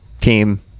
team